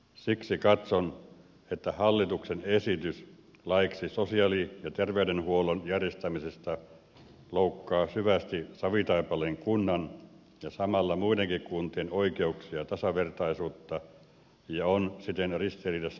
siksi katson että hallituksen esitys laiksi sosiaali ja terveydenhuollon järjestämisestä loukkaa syvästi savitaipaleen kunnan ja samalla muidenkin kuntien oikeuksia ja tasavertaisuutta ja on siten ristiriidassa perustuslain kanssa